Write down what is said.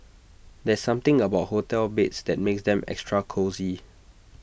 there's something about hotel beds that makes them extra cosy